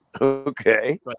Okay